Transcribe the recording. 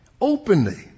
openly